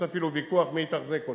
יש אפילו ויכוח מי יתחזק אותם.